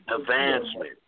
advancement